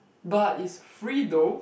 but it's free though